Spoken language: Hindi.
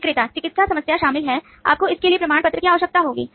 विक्रेता चिकित्सा समस्या शामिल है आपको इसके लिए प्रमाण पत्र की आवश्यकता होगी